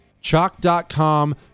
Chalk.com